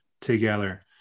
together